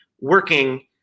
working